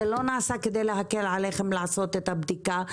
זה לא נעשה כדי להקל עליכם לעשות את הבדיקה,